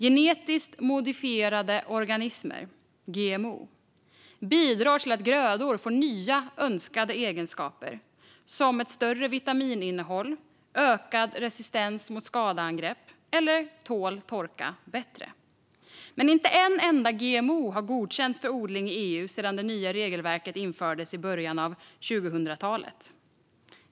Genetiskt modifierade organismer, GMO, bidrar till att grödor får nya önskade egenskaper, som ett större vitamininnehåll och ökad resistens mot skadeangrepp samt att de tål torka bättre. Men inte en enda GMO har godkänts för odling i EU sedan det nya regelverket infördes i början av 2000-talet.